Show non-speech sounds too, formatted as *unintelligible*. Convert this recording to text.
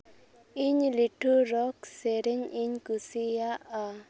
ᱤᱧ ᱞᱤᱴᱷᱩᱨᱚᱜᱽ *unintelligible* ᱥᱮᱨᱮᱧ ᱤᱧ ᱠᱩᱥᱤᱭᱟᱜᱼᱟ